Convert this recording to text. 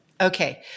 Okay